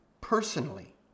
personally